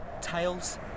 Tails